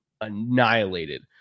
annihilated